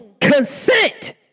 consent